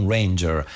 Ranger